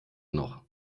noch